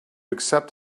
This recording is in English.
accept